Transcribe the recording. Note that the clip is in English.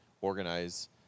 organize